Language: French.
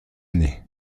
année